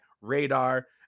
radar